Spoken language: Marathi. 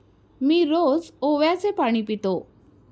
मी रोज ओव्याचे पाणी पितो